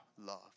love